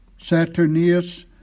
Saturnius